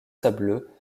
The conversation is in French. sableux